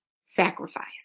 sacrifice